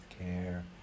care